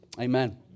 Amen